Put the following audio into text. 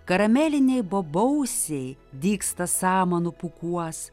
karameliniai bobausiai dygsta samanų pūkuos